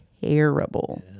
terrible